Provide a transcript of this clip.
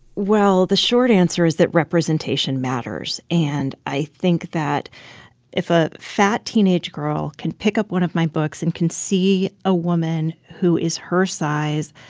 well, the short answer is that representation matters. and i think that if a fat teenage girl can pick up one of my books and can see a woman who is her size,